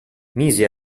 mise